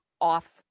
off